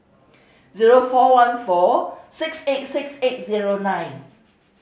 zero four one four six eight six eight zero nine